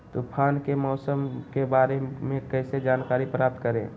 तूफान के मौसम के बारे में कैसे जानकारी प्राप्त करें?